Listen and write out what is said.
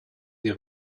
des